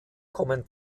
kommen